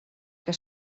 que